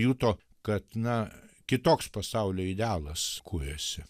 juto kad na kitoks pasaulio idealas kuriasi